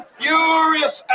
furious